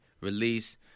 Release